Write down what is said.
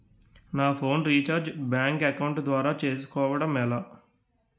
నా phone recharge bank account ద్వారా చేసుకోవటం ఎలా?